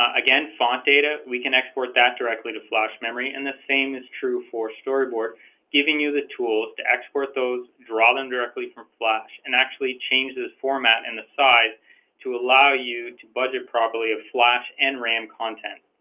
again font data we can export that directly to flash memory and the same is true for storyboard giving you the tools to export those draw them directly from flash and actually change this format and the size to allow you to budget properly a flash and ram content